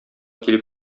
килеп